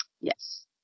Yes